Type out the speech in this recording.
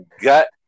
gut